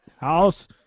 house